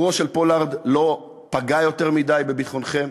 פולארד לא פגע יותר מדי בביטחונכם,